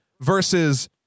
versus